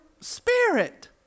spirit